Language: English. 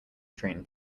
train